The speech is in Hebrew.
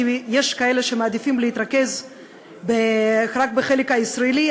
כי יש כאלה שמעדיפים להתרכז רק בחלק הישראלי,